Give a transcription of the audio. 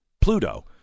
Pluto